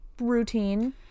routine